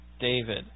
David